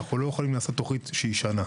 לא יכולים לעשות תוכנית שנה,